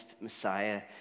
Messiah